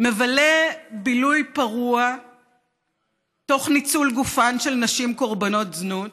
מבלה בילוי פרוע תוך ניצול גופן של נשים קורבנות זנות